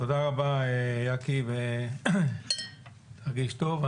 תודה רבה, יקי ותרגיש טוב.